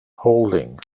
holding